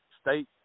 state